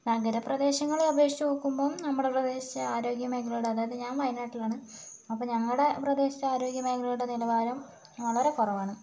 നഗരപ്രദേശങ്ങളെ അപേക്ഷിച്ചു നോക്കുമ്പോൾ നമ്മുടെ പ്രദേശം ആരോഗ്യമേഖലയോട് അതായത് ഞാൻ വായനാട്ടിലാണ് അപ്പോൾ ഞങ്ങളുടെ പ്രദേശത്തെ ആരോഗ്യ മേഖലയുടെ നിലവാരം വളരെ കുറവാണ്